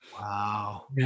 Wow